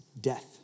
death